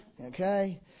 Okay